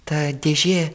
ta dėžė